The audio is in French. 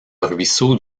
ruisseau